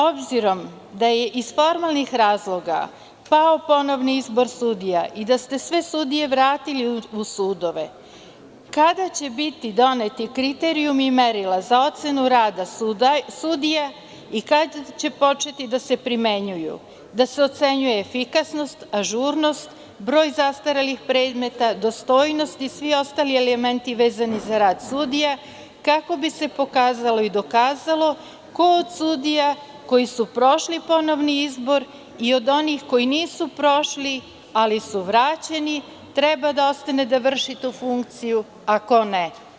Obzirom da je iz formalnih razloga pao ponovni izbor sudija i da ste sve sudije vratili u sudove, kada će biti doneti kriterijumi i merila za ocenu rada sudije i kada će početi da se primenjuju, da se ocenjuje efikasnost, ažurnost, broj zastarelih predmeta, dostojnost i svi ostali elementi vezani za rad sudija kako bi se pokazalo i dokazalo ko od sudija koji su prošli ponovni izbor i od onih koji nisu prošli, ali su vraćeni, treba da ostane da vrši tu funkciju, a ko ne?